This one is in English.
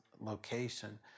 location